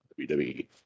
WWE